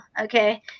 okay